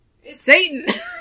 Satan